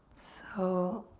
so,